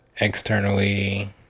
Externally